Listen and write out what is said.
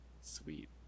sweet